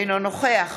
אינו נוכח